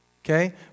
Okay